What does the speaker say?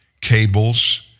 cables